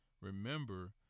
remember